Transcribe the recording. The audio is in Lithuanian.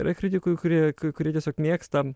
yra kritikų kurie kurie tiesiog mėgsta